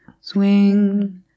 Swing